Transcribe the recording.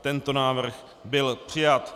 Tento návrh byl přijat.